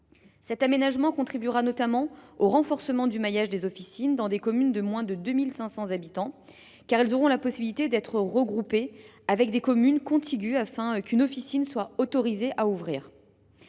Cet aménagement contribuera notamment au renforcement du maillage des officines dans les communes de moins de 2 500 habitants, car elles auront la possibilité d’être regroupées avec des communes contiguës afin qu’une officine soit autorisée à y ouvrir.